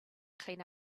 clean